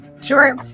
sure